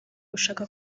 ushaka